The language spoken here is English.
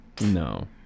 no